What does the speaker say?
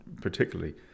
particularly